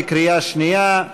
בקריאה שנייה.